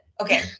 Okay